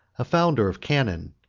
a founder of cannon,